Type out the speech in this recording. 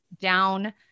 down